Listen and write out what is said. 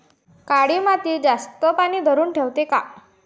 काळी माती जास्त पानी धरुन ठेवते का?